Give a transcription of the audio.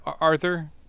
Arthur